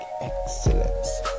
excellence